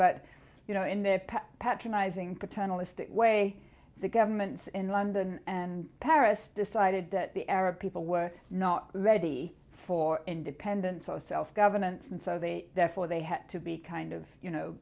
but you know in their patronize ing paternalistic way the governments in london and paris decided that the arab people were not ready for independence or self government and so they therefore they had to be kind of you know